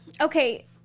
Okay